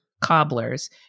cobblers